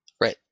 Right